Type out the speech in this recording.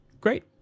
Great